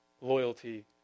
loyalty